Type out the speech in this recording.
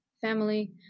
family